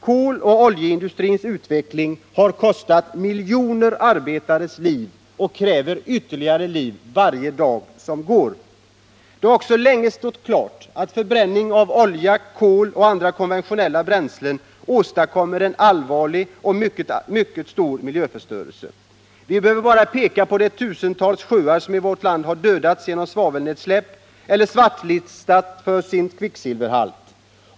Koloch oljeindustrins utveckling har kostat miljoner arbetares liv och kräver ytterligare liv varje dag som går. Det har också länge stått klart att förbränningen av olja, kol och andra konventionella bränslen åstadkommer en allvarlig och mycket stor miljöförstörelse. Vi behöver bara peka på de tusentals sjöar, som i vårt land har dödats genom svavelnedfall eller svartlistats för sin kvicksilverhalt.